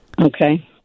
Okay